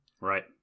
right